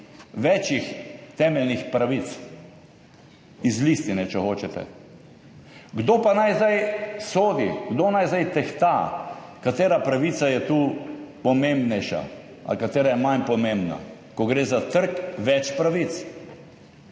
več temeljnih pravic iz Listine, če hočete. Kdo pa naj zdaj sodi, kdo naj zdaj tehta, katera pravica je tu pomembnejša ali katera je manj pomembna, ko gre za trk več pravic?